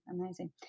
Amazing